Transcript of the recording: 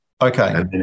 Okay